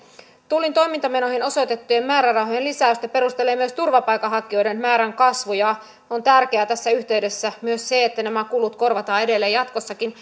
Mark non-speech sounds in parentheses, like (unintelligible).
tullin toimintamenoihin osoitettujen määrärahojen lisäystä perustelee myös turvapaikanhakijoiden määrän kasvu ja on tärkeää tässä yhteydessä myös se että nämä kulut korvataan edelleen jatkossakin (unintelligible)